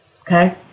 okay